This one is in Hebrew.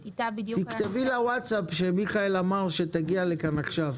תכתבי לה וואטסאפ ותגידי שמיכאל ביקש שתגיע לכאן עכשיו.